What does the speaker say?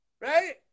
Right